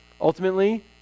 ultimately